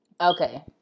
okay